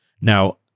Now